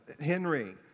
Henry